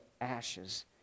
ashes